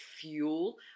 fuel